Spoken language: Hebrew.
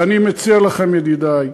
ואני מציע לכם, ידידי,